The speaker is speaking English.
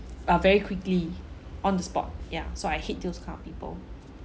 uh very quickly on the spot yeah so I hate those kind of people